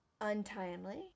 untimely